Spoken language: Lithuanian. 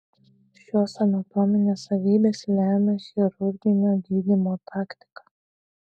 šios anatominės savybės lemia chirurginio gydymo taktiką